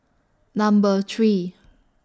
Number three